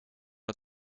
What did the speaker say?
het